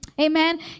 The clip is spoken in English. Amen